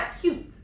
cute